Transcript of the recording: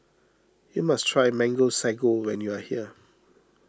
you must try Mango Sago when you are here